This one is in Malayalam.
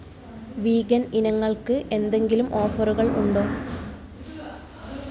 വീഗൻ ഇനങ്ങൾക്ക് എന്തെങ്കിലും ഓഫറുകൾ ഉണ്ടോ